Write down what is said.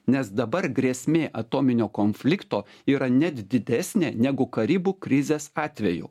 nes dabar grėsmė atominio konflikto yra net didesnė negu karibų krizės atveju